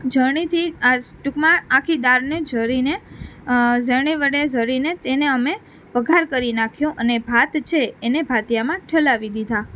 ઝરણીથી આ ટૂંકમાં આખી દાળને ઝરીને ઝરણે વડે ઝરીને તેને અમે વઘાર કરી નાખ્યો અને ભાત છે એને ભાતિયામાં ઠાલવી દીધા